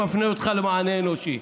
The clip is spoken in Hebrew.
והוא מפנה אותך למענה אנושי.